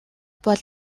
бол